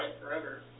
forever